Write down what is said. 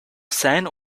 scènes